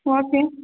okay